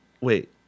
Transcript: wait